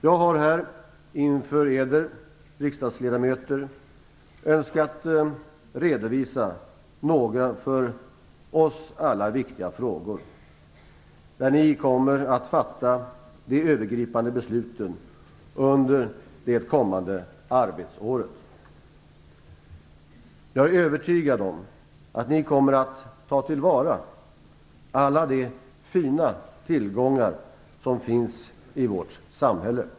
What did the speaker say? Jag har här inför Eder, riksdagsledamöter, önskat redovisa några för oss alla viktiga frågor, där ni kommer att fatta de övergripande besluten under det kommande arbetsåret. Jag är övertygad om att ni kommer att ta till vara alla de fina tillgångar som finns i vårt samhälle.